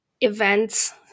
events